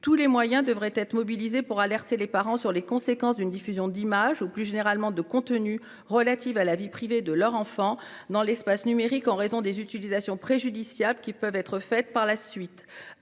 tous les moyens devraient être mobilisés pour alerter les parents des conséquences d'une diffusion d'images ou, plus généralement, de contenus relatifs à la vie privée de leur enfant dans l'espace numérique en raison des utilisations préjudiciables qui peuvent en être faites par la suite